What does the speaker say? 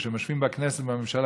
כשהם יושבים בכנסת ובממשלה,